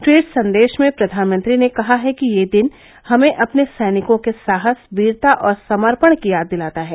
tweet संदेश में प्रधानमंत्री ने कहा है कि यह दिन हमें अपने सैनिकों के साहस वीरता और समर्पण की याद दिलाता है